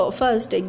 first